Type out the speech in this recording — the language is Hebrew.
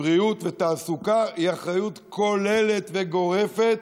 בריאות ותעסוקה היא אחריות כוללת וגורפת,